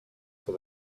for